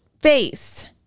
face